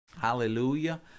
Hallelujah